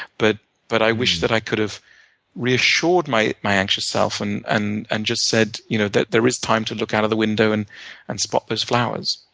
but but i wish that i could have reassured my my anxious self and and and just said you know that there is time to look out of the window and and spot those flowers.